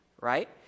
right